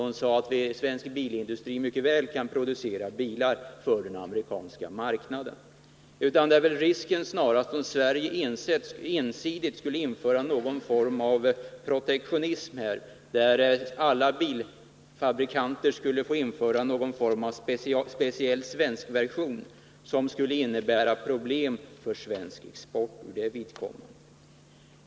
Hon sade att svensk bilindustri mycket väl kan producera bilar för den amerikanska marknaden. Risken för problem uppstår snarast om man i Sverige ensidigt skulle införa Nr 131 någon form av protektionism, så att alla bilfabrikanter skulle få framställa en Måndagen den speciell svensk version — vilket skulle innebära problem för svensk 2g april 1980 export.